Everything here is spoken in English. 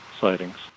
sightings